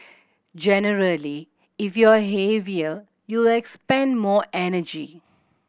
generally if you're heavier you'll expend more energy